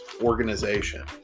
organization